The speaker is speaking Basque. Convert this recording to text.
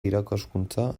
irakaskuntza